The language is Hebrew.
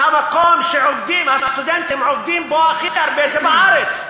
שהמקום שבו הסטודנטים עובדים הכי הרבה, זה בארץ.